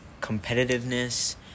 competitiveness